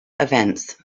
events